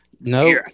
No